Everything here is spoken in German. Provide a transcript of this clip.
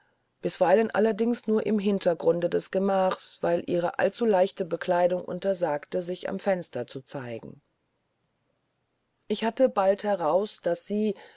bisweilen allerdings nur im hintergrunde des gemachs weil ihre allzu leichte bekleidung untersagte sich am fenster zu zeigen ich hatte bald heraus daß sie